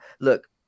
Look